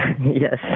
Yes